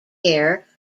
care